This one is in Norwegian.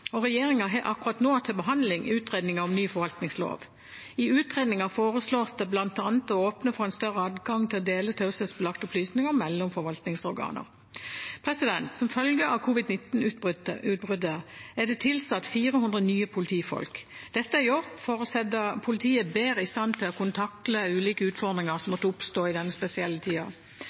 har akkurat nå til behandling utredning av ny forvaltningslov. I utredningen foreslås det bl.a. å åpne for en større adgang til å dele taushetsbelagte opplysninger mellom forvaltningsorganer. Som følge av covid-19-utbruddet er det tilsatt 400 nye politifolk. Dette er gjort for å sette politiet bedre i stand til å kunne takle ulike utfordringer som måtte oppstå i denne spesielle